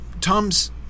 Tom's